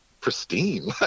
pristine